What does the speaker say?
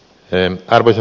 arvoisa puhemies